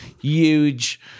huge